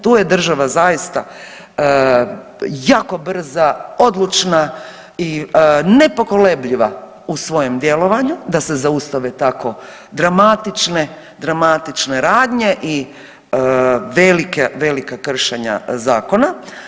Tu je država zaista jako brza, odlučna i nepokolebljiva u svome djelovanju da se zaustave tako dramatične radnje i velika kršenja zakona.